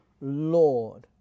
Lord